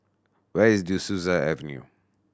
where is De Souza Avenue